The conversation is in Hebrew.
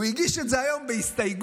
הוא הגיש את זה היום בהסתייגות.